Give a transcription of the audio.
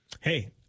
Hey